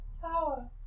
Tower